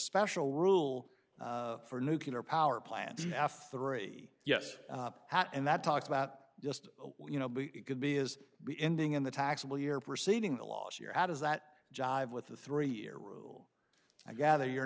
special rule for nuclear power plant after three yes and that talks about just you know it could be is ending in the taxable year proceeding the last year how does that jive with the three year rule i gather you're